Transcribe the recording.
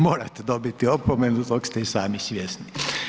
Morate dobiti opomenu, tog ste i sami svjesni.